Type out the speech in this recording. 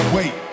Wait